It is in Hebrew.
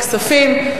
כספים.